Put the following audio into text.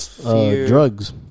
drugs